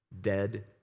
dead